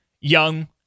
Young